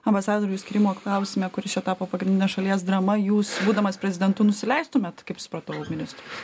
ambasadorius krymo klausime kuris čia tapo pagrindine šalies drama jūs būdamas prezidentu nusileistumėt kaip supratau ministrui